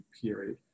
period